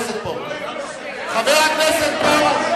חבר הכנסת פרוש.